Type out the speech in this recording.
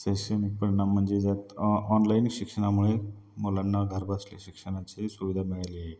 शैक्षणिक परिणाम म्हणजे जर ऑनलाईन शिक्षणामुळे मुलांना घरबसल्या शिक्षणाची सुविधा मिळाली आहे